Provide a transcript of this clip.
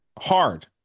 Hard